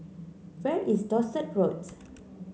where is Dorset Road